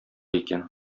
икән